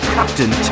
Captain